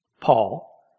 Paul